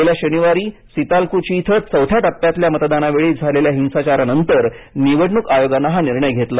गेल्या शनिवारी सितालकुची इथं चौथ्या टप्प्यातल्या मतदानावेळी झालेल्या हिंसाचारानंतर निवडणूक आयोगानं हा निर्णय घेतला